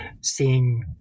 seeing